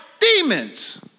demons